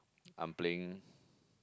I'm playing